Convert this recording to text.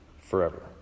forever